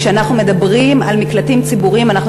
וכשאנחנו מדברים על מקלטים ציבוריים אנחנו